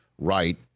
right